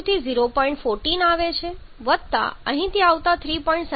14 આવે છે વત્તા અહીંથી આવતા 3